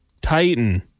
Titan